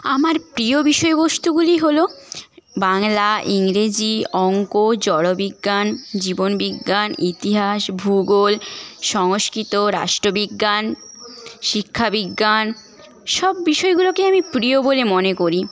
আমার প্রিয় বিষয়বস্তুগুলি হল বাংলা ইংরেজি অঙ্ক জড়বিজ্ঞান জীবন বিজ্ঞান ইতিহাস ভূগোল সংস্কৃত রাষ্ট্রবিজ্ঞান শিক্ষা বিজ্ঞান সব বিষয়গুলোকেই আমি প্রিয় বলে মনে করি